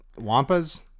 Wampas